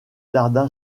tarda